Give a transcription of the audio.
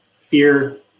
fear